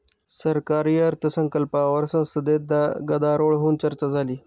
सरकारी अर्थसंकल्पावर संसदेत गदारोळ होऊन चर्चा झाली